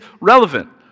relevant